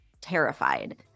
terrified